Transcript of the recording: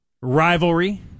rivalry